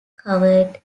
covered